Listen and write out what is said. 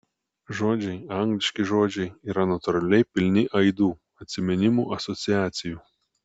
žodžiai angliški žodžiai yra natūraliai pilni aidų atsiminimų asociacijų